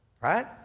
right